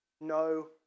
No